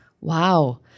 Wow